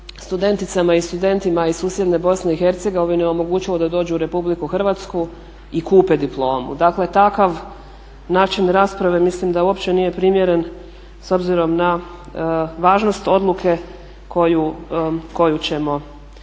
studenticama i studentima iz susjedne Bosne i Hercegovine omogućilo da dođu u Republiku Hrvatsku i kupe diplomu. Dakle takav način rasprave mislim da uopće nije primjeren s obzirom na važnost odluke koju ćemo donijeti.